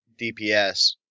DPS